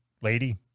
lady